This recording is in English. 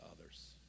others